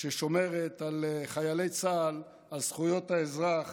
ששומרת על חיילי צה"ל, על זכויות האזרח